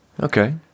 Okay